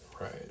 Right